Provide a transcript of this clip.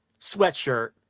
sweatshirt